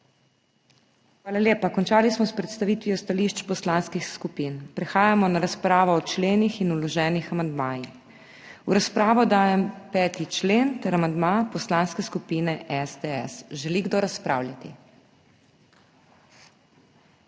Hvala lepa. Končali smo s predstavitvijo stališč poslanskih skupin, prehajamo na razpravo o členih in vloženih amandmajih. V razpravo dajem 5. člen ter amandma Poslanske skupine SDS. Želi kdo razpravljati,